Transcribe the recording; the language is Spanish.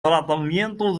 tratamiento